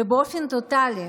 ובאופן טוטלי.